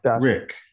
Rick